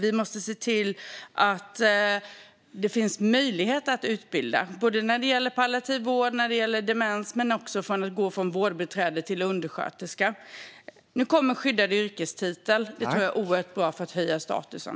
Vi måste se till att det finns möjlighet att utbilda, både när det gäller palliativ vård och demens och när det gäller att gå från vårdbiträde till undersköterska. Nu kommer en skyddad yrkestitel, vilket jag tror är oerhört bra för att höja statusen.